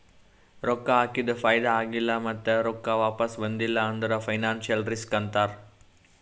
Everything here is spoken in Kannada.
ರೊಕ್ಕಾ ಹಾಕಿದು ಫೈದಾ ಆಗಿಲ್ಲ ಮತ್ತ ರೊಕ್ಕಾ ವಾಪಿಸ್ ಬಂದಿಲ್ಲ ಅಂದುರ್ ಫೈನಾನ್ಸಿಯಲ್ ರಿಸ್ಕ್ ಅಂತಾರ್